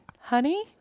Honey